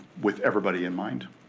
with everybody in mind.